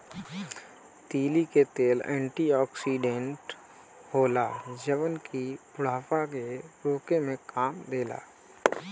तीली के तेल एंटी ओक्सिडेंट होला जवन की बुढ़ापा के रोके में काम देला